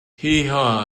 heehaw